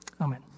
Amen